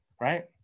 right